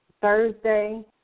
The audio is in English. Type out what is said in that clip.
Thursday